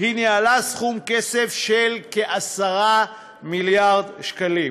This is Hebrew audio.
היא ניהלה סכום כסף של כ-10 מיליארד שקלים,